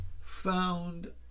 found